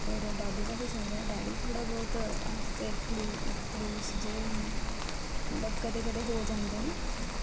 होर दादी दा बी चंगा ऐ डैडी थोह्ड़ा बोह्त ऐसे खड़ू खड़ूस जेह् न मतलब कदें कदें हो जांदे न